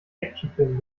actionfilm